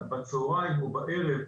בצהרים או בערב,